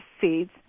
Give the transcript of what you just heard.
seeds